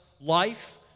life